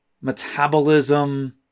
metabolism